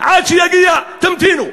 אל-דג'אל, עד שיגיע תמתינו.